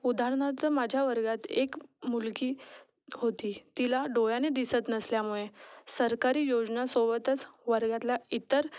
उदाहरणार्थ माझ्या वर्गात एक मुलगी होती तिला डोळ्याने दिसत नसल्यामुळे सरकारी योजनासोबतच वर्गातल्या इतर